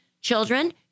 Children